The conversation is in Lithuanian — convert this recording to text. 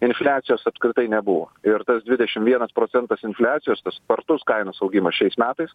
infliacijos apskritai nebuvo ir tas dvidešim vienas procentas infliacijos tas spartus kainos augimas šiais metais